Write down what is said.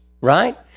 right